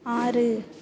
ஆறு